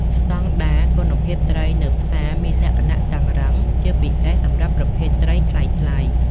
ស្តង់ដារ គុណភាពត្រីនៅផ្សារមានលក្ខណៈតឹងរ៉ឹង ជាពិសេសសម្រាប់ប្រភេទត្រីថ្លៃៗ។